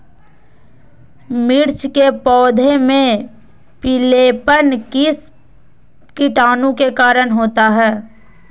मिर्च के पौधे में पिलेपन किस कीटाणु के कारण होता है?